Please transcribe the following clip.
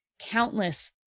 Countless